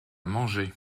manger